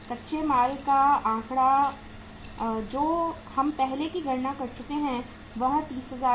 कच्चे माल का आंकड़ा जो हम पहले ही गणना कर चुके हैं वह 30000 है